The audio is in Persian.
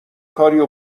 کاریو